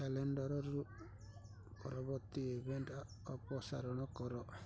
କ୍ୟାଲେଣ୍ଡର୍ରୁ ପରବର୍ତ୍ତୀ ଇଭେଣ୍ଟ୍ ଅପସାରଣ କର